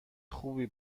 خوبی